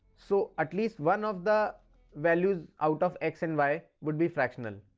so, at least, one of the values out of x and y would be fractional,